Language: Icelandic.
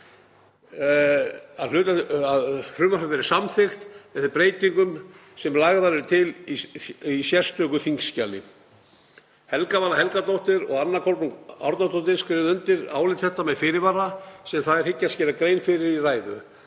að frumvarpið verði samþykkt með þeim breytingum sem lagðar eru til í sérstöku þingskjali. Helga Vala Helgadóttir og Anna Kolbrún Árnadóttir skrifa undir álit þetta með fyrirvara sem þær hyggjast gera grein fyrir í ræðu.